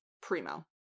primo